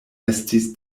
estis